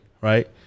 right